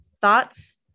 Thoughts